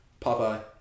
Popeye